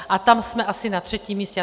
A tam jsme asi na třetím místě.